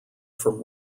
from